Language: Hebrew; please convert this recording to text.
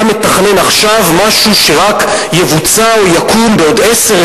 אתה מתכנן עכשיו משהו שרק יבוצע או יקום בעוד עשר,